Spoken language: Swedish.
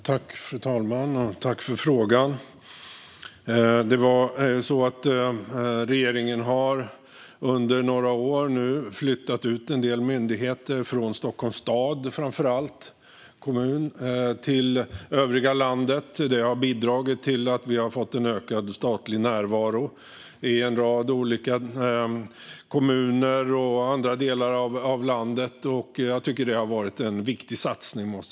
Fru talman! Jag tackar för frågan. Regeringen har under några år flyttat ut en del myndigheter från framför allt Stockholms stad till övriga landet. Det har bidragit till att vi har fått en ökad statlig närvaro i en rad olika kommuner och andra delar av landet. Jag tycker att det har varit en viktig satsning.